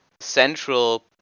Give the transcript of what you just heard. central